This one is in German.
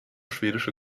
schwedische